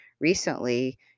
recently